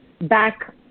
back